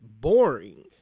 boring